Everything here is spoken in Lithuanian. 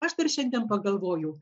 aš dar šiandien pagalvojau